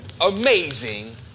amazing